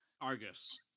Argus